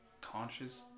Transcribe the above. conscious